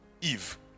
Eve